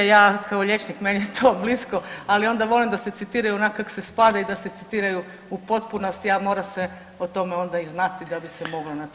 Ja kao liječnik, meni je to blisko, ali onda volim da se citiraju onak kak se spada i da se citiraju u potpunosti, a mora se o tome onda i znati da bi se moglo na taj način.